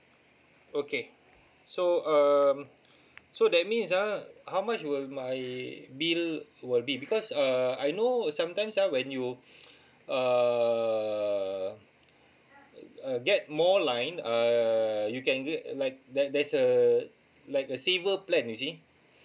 okay so um so that means ah how much would my bill will be because uh I know sometimes ah when you uh uh uh get more line uh you can get like there there's a like a saver plan you see